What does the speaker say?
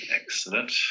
excellent